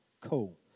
Cool